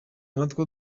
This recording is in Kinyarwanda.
natwo